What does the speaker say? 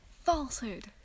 Falsehood